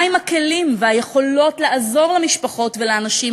מהם הכלים והיכולת לעזור למשפחות ולאנשים